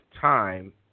time